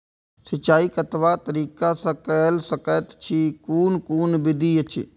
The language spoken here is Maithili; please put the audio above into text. सिंचाई कतवा तरीका स के कैल सकैत छी कून कून विधि अछि?